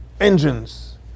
engines